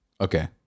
Okay